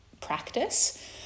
practice